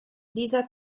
dieser